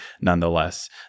nonetheless